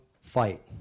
fight